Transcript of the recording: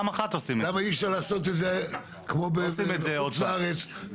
למה אי אפשר לעשות את זה כמו בחוץ לארץ,